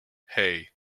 hey